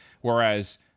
Whereas